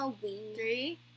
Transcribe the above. Three